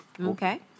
Okay